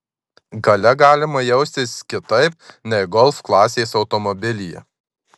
gale galima jaustis kitaip nei golf klasės automobilyje